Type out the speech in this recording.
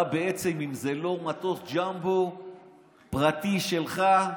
אתה, בעצם, אם זה לא מטוס ג'מבו פרטי שלך,